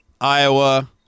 Iowa